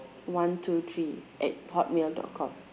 one two three at hotmail dot com